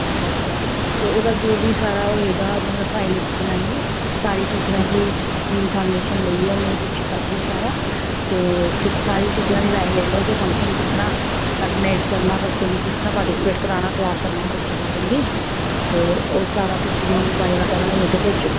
अच्छा अच्छा ते ओह्दा जो बी सारा होएगा मतलब फाइल इक बनाइयै सारे टीचरां गी इंफार्मेंशन लेइयै उ'नेंगी पुच्छी पाच्छियै सारा ते फिर सारे टीचरां दी राए ले लैओ कि फंक्शन किस तरह् आर्गनाइज करना ऐ बच्चें गी पुच्छना पुच्छना पाटर्सिपेट कराना त्यार करना बच्चे सारें गी ते ओह् सारा तुस मिगी वायोडाटा बनाइयै ते भेजो